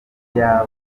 niba